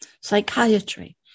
psychiatry